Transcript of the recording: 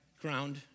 ground